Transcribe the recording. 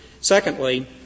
Secondly